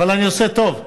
אבל אני עושה טוב.